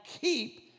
keep